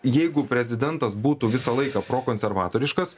jeigu prezidentas būtų visą laiką pro konservatoriškas